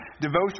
devotion